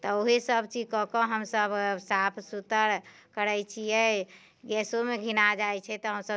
तऽ ओहे सभचीज कऽ कऽ हमसभ साफ सुथर करैत छियै गैसोमे घिना जाइत छै तऽ हमसभ